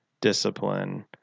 discipline